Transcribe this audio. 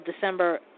December